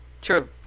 True